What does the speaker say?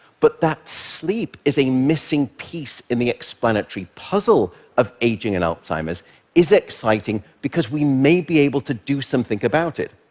but that sleep is a missing piece in the explanatory puzzle of aging and alzheimer's is exciting because we may be able to do something about it.